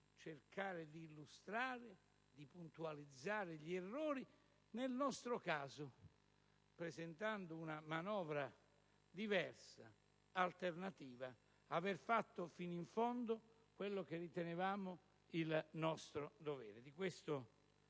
cercato di illustrare e puntualizzare gli errori; nel nostro caso presentando una manovra diversa alternativa abbiamo fatto fino in fondo quello che ritenevamo il nostro dovere.